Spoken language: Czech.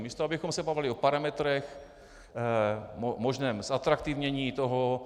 Místo abychom se bavili o parametrech, možném zatraktivnění toho.